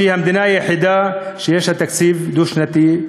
שהיא המדינה היחידה שיש לה תקציב דו-שנתי,